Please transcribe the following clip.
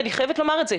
ואני חייבת לומר את זה,